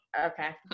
Okay